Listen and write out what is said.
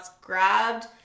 grabbed